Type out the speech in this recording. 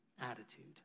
attitude